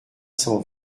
cent